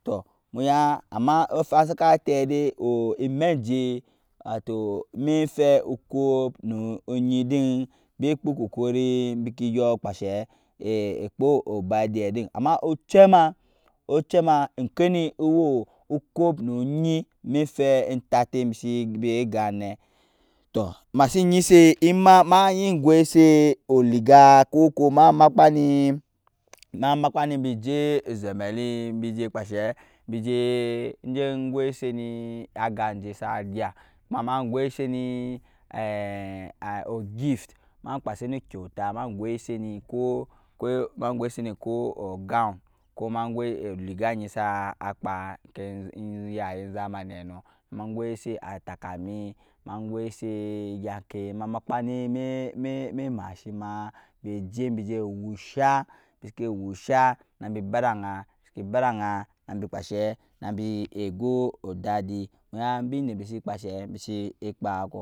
To muya ama saka tɛi dɛ emɛ jɛ wato mɛfɛ okɔɔp nu ugyi bi ku kɔkɔri biki gyɔɔ kpashɛ kpɔɔ obirthday ama ochɛma okɛni owɛ okɔɔ nu gyi mɛfɛ tatɛi bisi gan nɛi tɔɔ masin gyisɛ ma e gwɛisɛ oliga kɔkɔɔ ma makpa ni bi gɛ ozɛmɛlink bi jɛ kpashɛ bijɛ bi jɛ gwɛi sɛni aga jɛ sa gya ama ma gwɛsɛni ogive ma kpasɛni okwaut ma gwɛsɛni kɔɔ gown kɔ ma gwɛi oliga dɛ sa kpa in yaye zamani nɔɔ ma gwɛsɛ atakalam ma gwɛsɛi egyankɛi ma makpani mɛi embashima bi jɛ wusha bi siki wusha nbi bada jank nabi egɔɔ odadi indam bi si kpa kɔɔ,